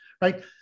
right